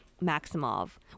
Maximov